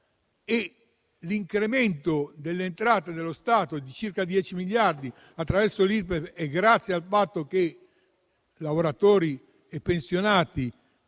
all'incremento delle entrate dello Stato di circa 10 miliardi attraverso l'Irpef e grazie al fatto che lavoratori e pensionati